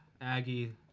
Aggie